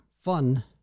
fun